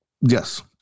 Yes